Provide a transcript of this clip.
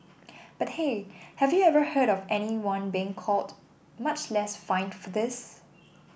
but hey have you ever heard of anyone being caught much less fined for this